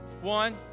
One